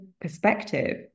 perspective